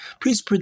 Please